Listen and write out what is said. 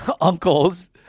uncles